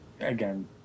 again